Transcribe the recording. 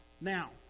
Now